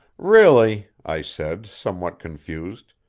really, i said, somewhat confused,